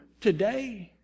Today